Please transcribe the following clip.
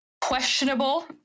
questionable